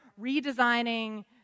redesigning